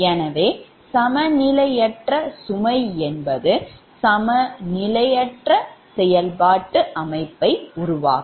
எனவே சமநிலையற்ற சுமை என்பது சமநிலையற்ற செயல்பாட்டு அமைப்பை உருவாக்கும்